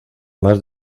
más